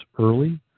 early